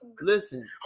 Listen